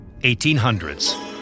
1800s